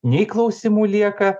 nei klausimų lieka